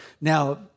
Now